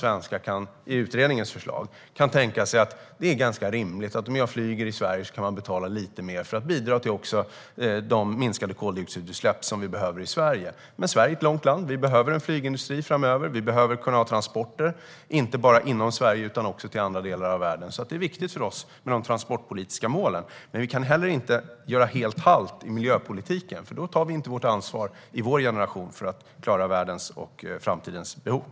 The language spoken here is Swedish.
Jag tror att de flesta svenskar kan tänka sig att det är ganska rimligt om man flyger i Sverige att betala lite mer för att bidra till de minskade koldioxidutsläpp som vi behöver i Sverige. Men Sverige är ett långt land. Vi behöver en flygindustri framöver, och vi behöver kunna ha transporter inte bara inom Sverige utan också till andra delar av världen. Det är viktigt för oss med de transportpolitiska målen, men vi kan heller inte göra halt helt och hållet i miljöpolitiken, för då tar vi inte vårt ansvar i vår generation för att klara världens behov i dag och i framtiden.